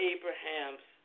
Abraham's